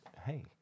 hey